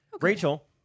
Rachel